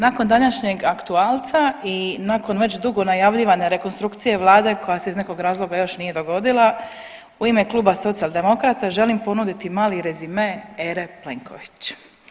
Nakon današnjeg aktualca i nakon već dugo najavljivane rekonstrukcije vlade koja se iz nekog razloga još nije dogodila u ime Kluba Socijaldemokrata želim ponuditi mali rezime ere Plenković.